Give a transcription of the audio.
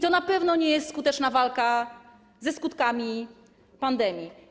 To na pewno nie jest skuteczna walka ze skutkami pandemii.